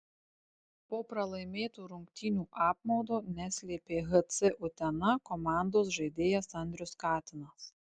po pralaimėtų rungtynių apmaudo neslėpė hc utena komandos žaidėjas andrius katinas